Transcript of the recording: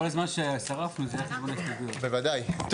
(הישיבה נפסקה בשעה 11:40 ונתחדשה בשעה 12:03.) טוב,